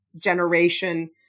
generation